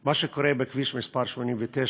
מה שקורה בכביש מס' 89